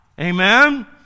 Amen